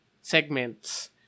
segments